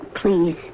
Please